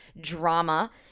drama